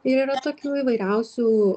ir yra tokių įvairiausių